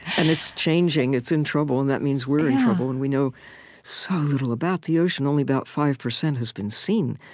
and it's changing. it's in trouble, and that means we're in trouble, and we know so little about the ocean. only about five percent has been seen,